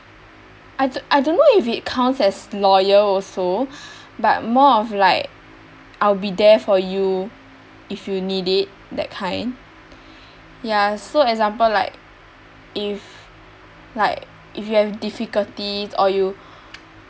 I don~ I don't know if it counts as loyal also but more of like I'll be there for you if you need it that kind ya so example like if like if you have difficulty or you